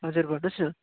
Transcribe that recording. हजुर भन्नुहोस् न